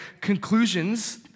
conclusions